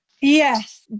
yes